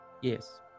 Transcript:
Yes